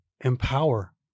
empower